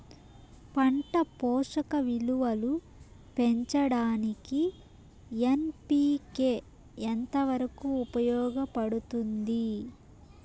పంట పోషక విలువలు పెంచడానికి ఎన్.పి.కె ఎంత వరకు ఉపయోగపడుతుంది